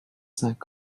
cinq